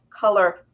color